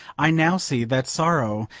i now see that sorrow,